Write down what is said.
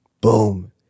Boom